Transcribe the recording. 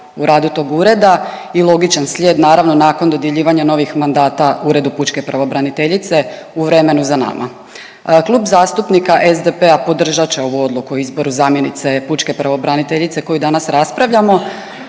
u radu tog ureda i logičan slijed naravno nakon dodjeljivanja novih mandata Uredu pučke pravobraniteljice u vremenu za nama. Klub zastupnika SDP-a podržat će ovu odluku o izboru zamjenice pučke pravobraniteljice koju danas raspravljamo